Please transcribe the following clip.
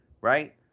right